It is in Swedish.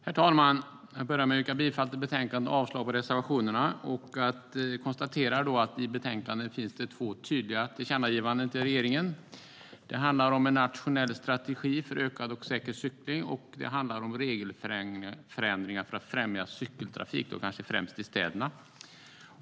Herr talman! Jag börjar med att yrka bifall till förslaget i betänkandet och avslag på reservationerna. I betänkandet finns det två tydliga tillkännagivanden till regeringen. De handlar om en nationell strategi för ökad och säker cykling och om regelförändringar för att främja cykeltrafik, kanske främst i städerna.